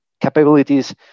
capabilities